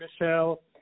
Michelle